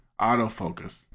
Autofocus